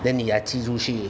then 你才寄出去